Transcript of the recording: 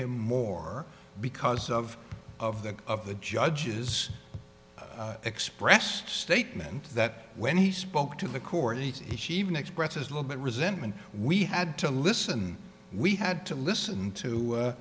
him more because of of the of the judge's expressed statement that when he spoke to the court he even expresses a little bit resentment we had to listen we had to listen to